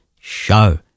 Show